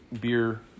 beer